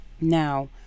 Now